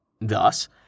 Thus